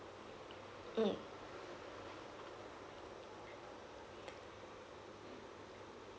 mm